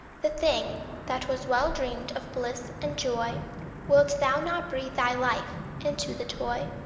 the thing that was well dreamed of bliss and joy wilt thou not breathe thy life into the toy?